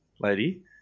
lady